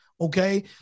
okay